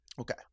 Okay